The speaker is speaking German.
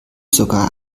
sogar